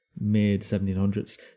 mid-1700s